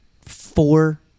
Four